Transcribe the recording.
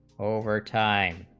over time